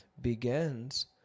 begins